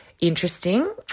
Interesting